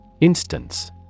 Instance